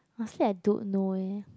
honestly I don't know eh